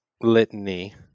litany